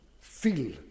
feel